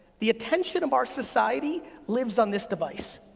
the attention of our society lives on this device.